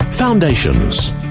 Foundations